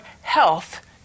health